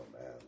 man